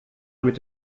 mit